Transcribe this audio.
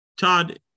Todd